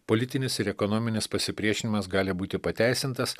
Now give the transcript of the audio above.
politinis ir ekonominis pasipriešinimas gali būti pateisintas